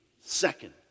second